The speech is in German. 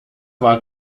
war